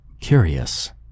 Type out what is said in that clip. curious